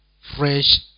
fresh